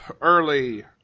Early